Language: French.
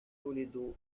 toledo